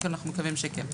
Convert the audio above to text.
אנחנו מקווים שכן.